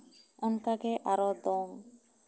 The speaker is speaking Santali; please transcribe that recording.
ᱚᱱᱠᱟ ᱜᱮ ᱟᱨᱚ ᱫᱚᱝ